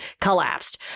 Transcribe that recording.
collapsed